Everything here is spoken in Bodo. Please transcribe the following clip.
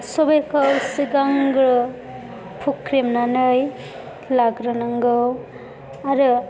सबायखौ सिगांग्रो हुख्रेबनानै लाग्रोनांगौ आरो